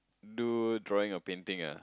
do drawing or painting ah